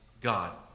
God